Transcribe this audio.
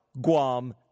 Guam